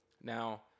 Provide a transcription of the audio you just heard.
now